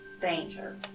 danger